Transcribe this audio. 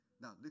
Now